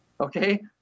Okay